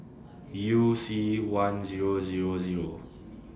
YOU C one Zero Zero Zero